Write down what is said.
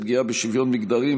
בנושא: פגיעה בשוויון מגדרי,